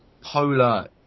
polar